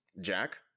Jack